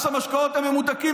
מס המשקאות הממותקים,